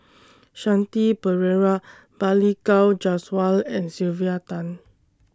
Shanti Pereira Balli Kaur Jaswal and Sylvia Tan